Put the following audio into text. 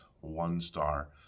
one-star